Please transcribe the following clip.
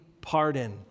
pardon